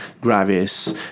gravis